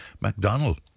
Macdonald